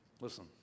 Listen